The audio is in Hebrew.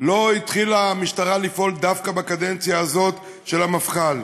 המשטרה לא התחילה לפעול דווקא בקדנציה הזאת של המפכ"ל.